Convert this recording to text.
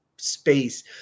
space